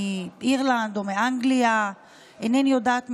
מאירלנד או מאנגליה, אינני יודעת מאיפה.